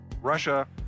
Russia